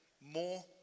more